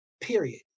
period